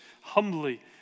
humbly